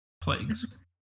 Plagues